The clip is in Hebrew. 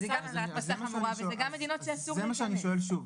זה מה שאני שואל שוב.